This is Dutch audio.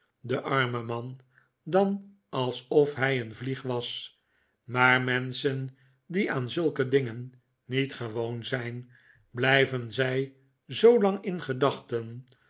de arme man dan alsof hij een vlieg was maar menschen die aan zulke dingen niet gewoon zijn blijven zij zoolang in de gedachten